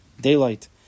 daylight